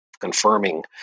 confirming